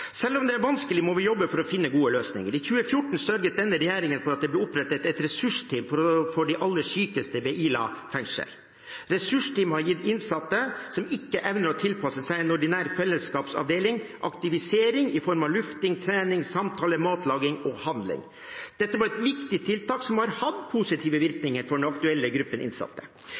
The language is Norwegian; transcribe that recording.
I 2014 sørget denne regjeringen for at det ble opprettet et ressursteam for de aller sykeste ved Ila fengsel. Ressursteamet har gitt innsatte som ikke evner å tilpasse seg en ordinær fellesskapsavdeling, aktivisering i form av lufting, trening, samtale, matlaging og handling. Dette var et viktig tiltak som har hatt positive virkninger for den aktuelle gruppen innsatte.